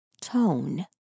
tone